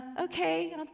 okay